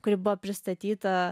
kuri buvo pristatyta